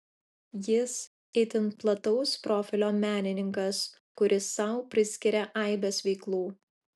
jis itin plataus profilio menininkas kuris sau priskiria aibes veiklų